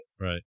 Right